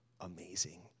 amazing